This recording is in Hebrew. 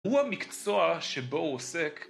הוא המקצוע שבו הוא עוסק